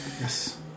Yes